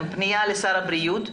לשר הבריאות,